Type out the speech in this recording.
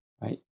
right